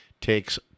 Takes